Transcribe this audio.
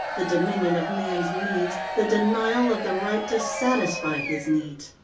the dominion of man's needs, the denial of the right to satisfy his needs.